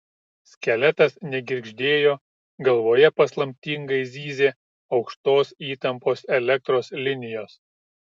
skeletas negirgždėjo galvoje paslaptingai zyzė aukštos įtampos elektros linijos